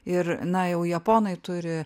ir na jau japonai turi